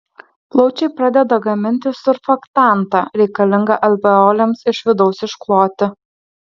plaučiai pradeda gaminti surfaktantą reikalingą alveolėms iš vidaus iškloti